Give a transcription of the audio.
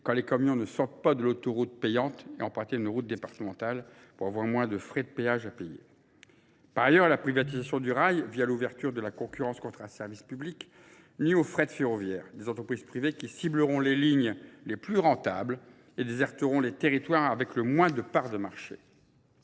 quand les camions ne sortent pas de l'autoroute payante et empruntent une route départementale pour avoir moins de frais de péage à payer. Par ailleurs, à la privatisation du rail, via l'ouverture de la concurrence contre un service public, ni aux frais de ferroviaire, des entreprises privées qui cibleront les lignes les plus rentables et déserteront les territoires avec le moins de parts de marché.